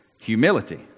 humility